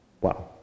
Wow